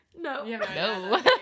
No